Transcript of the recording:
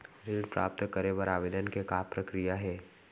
ऋण प्राप्त करे बर आवेदन के का प्रक्रिया हे?